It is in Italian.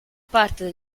parte